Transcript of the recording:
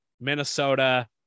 Minnesota